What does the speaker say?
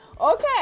Okay